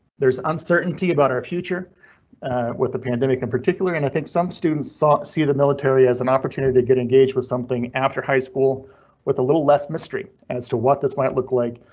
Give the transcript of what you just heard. there's uncertainty about our future with the pandemic in particular, and i think some students ah see the military as an opportunity to get engaged with something after high school with a little less mystery as to what this might look like.